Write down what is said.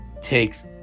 takes